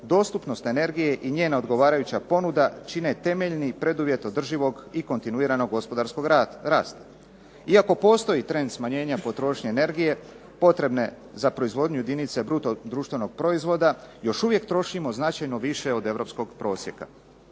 dostupnost energije i njena odgovarajuća ponuda čine temeljni preduvjet održivog i kontinuiranog gospodarskog rasta. Iako postoji trend smanjenja potrošnje energije potrebne za proizvodnju jedinice bruto društvenog proizvoda još uvijek trošimo značajno više od europskog prosjeka.